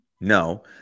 no